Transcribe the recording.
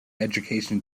education